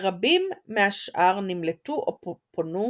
ורבים מהשאר נמלטו או פונו